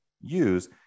use